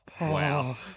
Wow